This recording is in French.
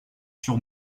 sur